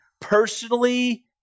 personally